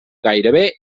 gairebé